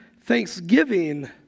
thanksgiving